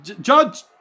Judge